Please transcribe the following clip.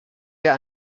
wer